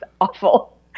awful